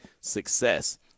success